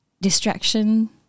distraction